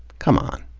come on.